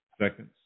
seconds